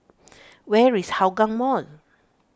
where is Hougang Mall